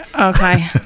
Okay